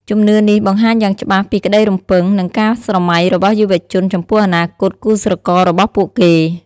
ជំនឿនេះបង្ហាញយ៉ាងច្បាស់ពីក្តីរំពឹង និងការស្រមៃរបស់យុវជនចំពោះអនាគតគូស្រកររបស់ពួកគេ។